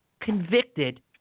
convicted